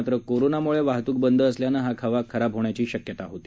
मात्र कोरोनामुळे वाहतूक बंद असल्यानं हा खवा खराब होण्याची शक्यता होती